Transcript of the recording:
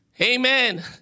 Amen